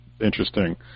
interesting